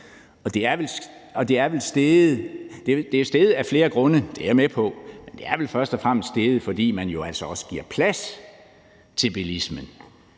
og den er steget af flere grunde, det er jeg med på. Den er vel først og fremmest steget, fordi man jo altså også giver plads til bilismen.